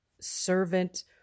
servant